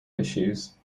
issues